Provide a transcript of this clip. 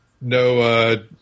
no